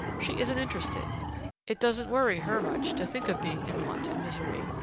she isn't interested it doesn't worry her much to think of being in want and misery,